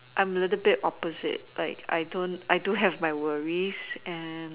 I'm a little bit opposite like I don't I do have my worries